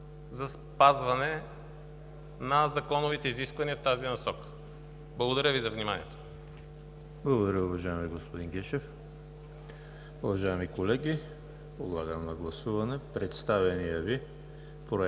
за спазване на законовите изисквания в тази насока. Благодаря Ви за вниманието. ПРЕДСЕДАТЕЛ ЕМИЛ ХРИСТОВ: Благодаря Ви, уважаеми господин Гешев. Уважаеми колеги, подлагам на гласуване представения Ви проект